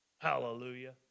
Hallelujah